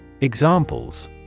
Examples